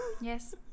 yes